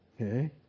Okay